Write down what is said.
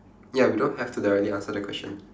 ya we don't have to directly answer the question